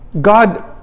God